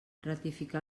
ratificar